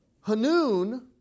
Hanun